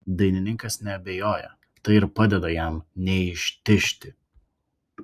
dainininkas neabejoja tai ir padeda jam neištižti